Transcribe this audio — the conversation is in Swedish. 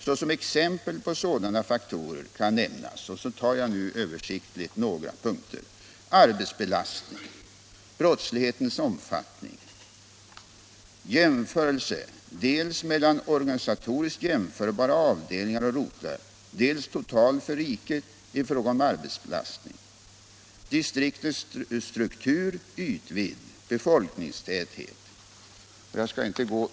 Såsom exempel på sådana faktorer kan nämnas ---.” Jag återger nu översiktligt några punkter: — arbetsbelastning, — brottslighetens omfattning, —- befolkningstäthet.